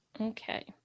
okay